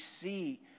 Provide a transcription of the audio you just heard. see